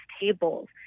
tables